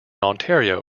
ontario